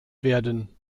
werden